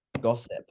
gossip